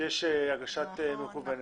שם יש הגשה מקוונת.